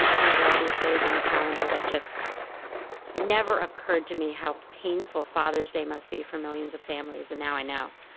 you know there are these days on the calendar that just it never occurred to me how painful father's day must be for millions of families, and now i know.